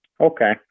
Okay